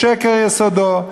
בשקר יסודו.